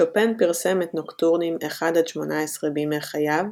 שופן פרסם את נוקטורנים 1–18 בימי חייו,